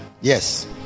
yes